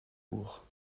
cour